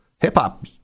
Hip-hop